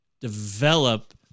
develop